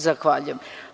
Zahvaljujem.